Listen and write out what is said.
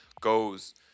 goes